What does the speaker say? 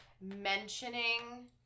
mentioning